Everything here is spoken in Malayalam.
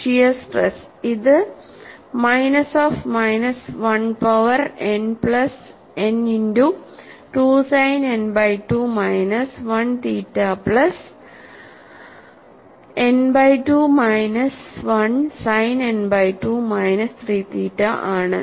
ഷിയർ സ്ട്രെസ് ഇത് minus of minus 1 power n plus n into 2 sine n by 2 minus 1 theta plus n by 2 minus 1 sine n by 2 minus 3 theta ആണ്